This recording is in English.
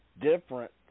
different